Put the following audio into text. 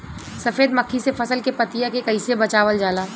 सफेद मक्खी से फसल के पतिया के कइसे बचावल जाला?